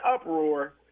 uproar